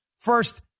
First